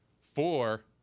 four